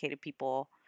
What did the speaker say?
people